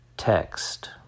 Text